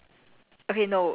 ya